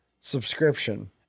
subscription